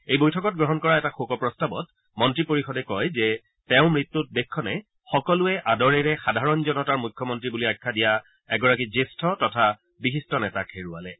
এই বৈঠকত গ্ৰহণ কৰা এটা শোক প্ৰস্তাৱত মন্ত্ৰী পৰিষদে কয় যে তেওঁৰ মৃত্যুত দেশখনে সকলোৱে আদৰেৰে সাধাৰণ জনতাৰ মুখ্যমন্তী বুলি আখ্যা দিয়া এগৰাকী জ্যেষ্ঠ তথা বিশিষ্ট নেতাক হেৰুৱালে